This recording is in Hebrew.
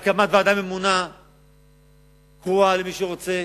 והקמת ועדה ממונה קרואה, למי שרוצה.